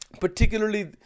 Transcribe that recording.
particularly